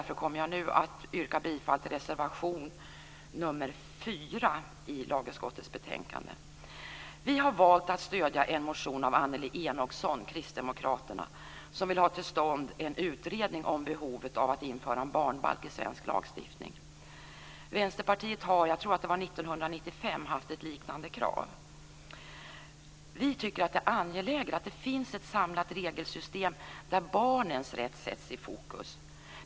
Jag yrkar bifall till reservation nr 4. Vi har valt att stödja en motion av Annelie Enochson, Kristdemokraterna, som vill ha till stånd en utredning om behovet av att införa en barnbalk i svensk lagstiftning. Vänsterpartiet har haft ett liknande krav; jag tror att det var 1995. Det är angeläget att det finns ett samlat regelsystem där barnens rätt sätts i fokus.